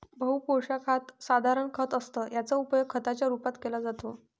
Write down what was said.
बहु पोशाखात साधारण खत असतं याचा उपयोग खताच्या रूपात केला जातो